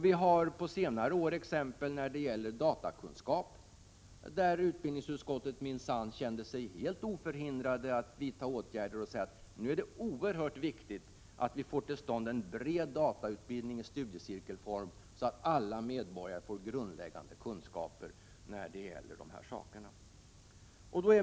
Vi har på senare år sett ett liknande exempel, nämligen datakunskapen, beträffande vilken utbildningsutskottet minsann kände sig helt oförhindrad att vidta åtgärder och sade: Nu är det oerhört viktigt att vi får till stånd en bred datautbildning i studiecirkelform, så att alla medborgare får grundläggande kunskaper på detta område.